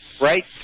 right